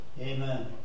Amen